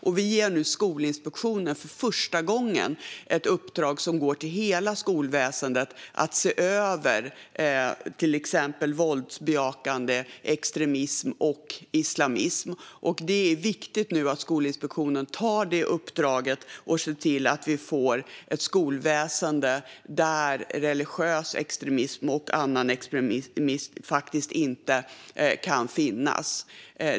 Och vi ger nu Skolinspektionen för första gången ett uppdrag som går till hela skolväsendet om att se över till exempel våldsbejakande extremism och islamism. Och det är nu viktigt att Skolinspektionen tar detta uppdrag och ser till att vi får ett skolväsen där religiös extremism och annan extremism faktiskt inte kan finnas.